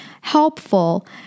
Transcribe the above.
helpful